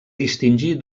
distingir